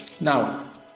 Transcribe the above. now